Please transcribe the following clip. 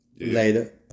Later